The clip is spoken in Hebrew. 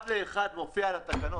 אחד לאחד מופיע בתקנות.